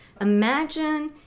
Imagine